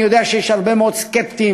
אני יודע שיש הרבה מאוד סקפטיים,